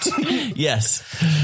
Yes